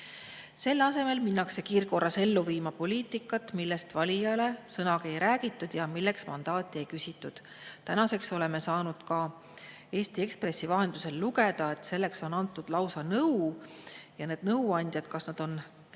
Selle asemel minnakse kiirkorras ellu viima poliitikat, millest valijale sõnagi ei räägitud ja milleks mandaati ei küsitud. Tänaseks oleme saanud ka Eesti Ekspressi vahendusel lugeda, et selleks on antud lausa nõu. Need nõuandjad on